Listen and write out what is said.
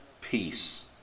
peace